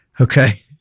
Okay